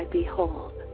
behold